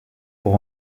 pour